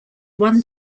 one